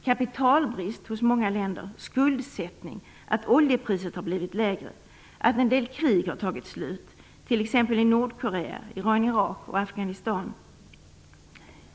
Kapitalbrist hos många länder, skuldsättning, att oljepriset har blivit lägre, att en del krig har tagit slut, t.ex. i Nordkorea, Iran-Irak och Afghanistan.